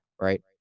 right